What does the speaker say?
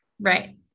Right